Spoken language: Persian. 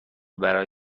برای